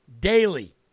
daily